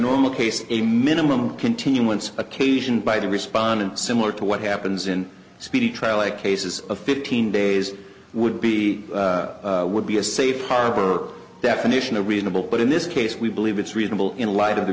normal case a minimum continuance occasioned by the respondent similar to what happens in a speedy trial like cases of fifteen days would be would be a safe harbor definition of reasonable but in this case we believe it's reasonable in light of the